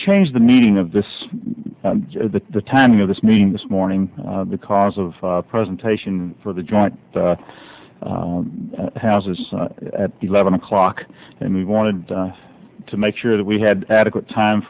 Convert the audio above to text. changed the meaning of this the timing of this meeting this morning because of presentation for the joint houses at eleven o'clock and we wanted to make sure that we had adequate time